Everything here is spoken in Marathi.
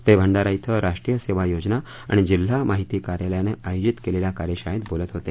ते भंडारा क्वें राष्ट्रीय सेवा योजना आणि जिल्हा माहिती कार्यालयानं आयोजित केलेल्या कार्यशाळेत बोलत होते